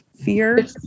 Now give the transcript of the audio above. Fear